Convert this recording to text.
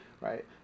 right